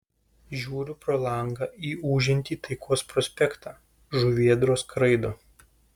žiūriu pro langą į ūžiantį taikos prospektą žuvėdros skraido